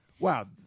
wow